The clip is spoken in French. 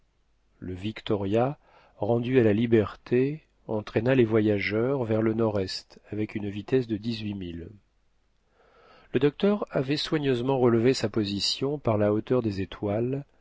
le victoria rendu à la liberté entraîna les voyageurs vers le nord-est avec une vitesse de dix-huit milles le docteur avait soigneusement relevé sa position par la hauteur des étoiles